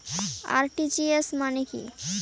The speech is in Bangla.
আর.টি.জি.এস মানে কি?